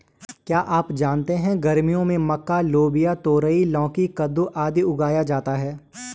क्या आप जानते है गर्मियों में मक्का, लोबिया, तरोई, लौकी, कद्दू, आदि उगाया जाता है?